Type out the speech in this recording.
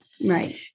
right